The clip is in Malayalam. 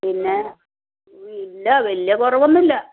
പിന്നേ ഇല്ല വലിയ കുറവൊന്നുമില്ല